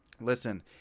listen